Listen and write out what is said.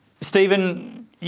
Stephen